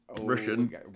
Russian